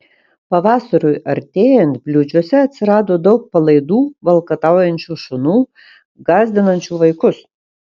pavasariui artėjant bliūdžiuose atsirado daug palaidų valkataujančių šunų gąsdinančių vaikus